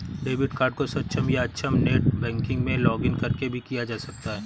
debit card को सक्षम या अक्षम नेट बैंकिंग में लॉगिंन करके भी किया जा सकता है